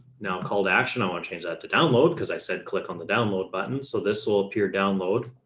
now, call to action. i'll and change that to download. cause i said click on the download button. so this will appear download,